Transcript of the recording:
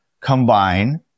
combine